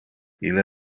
ille